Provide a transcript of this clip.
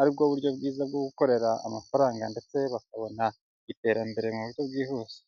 ari bwo buryo bwiza bwo gukorera amafaranga ndetse bakabona iterambere mu buryo bwihuse.